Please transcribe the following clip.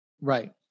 Right